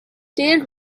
tail